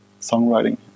songwriting